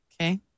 Okay